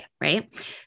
Right